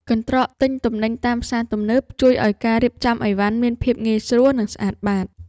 កន្ត្រកទិញទំនិញតាមផ្សារទំនើបជួយឱ្យការរៀបចំអីវ៉ាន់មានភាពងាយស្រួល និងស្អាតបាត។